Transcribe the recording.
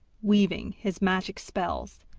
weaving his magic spells,